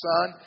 Son